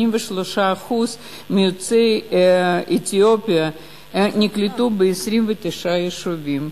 83% מיוצאי אתיופיה נקלטו ב-29 יישובים,